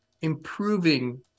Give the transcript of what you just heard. improving